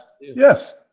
Yes